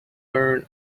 learn